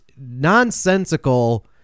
nonsensical